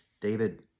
David